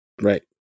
Right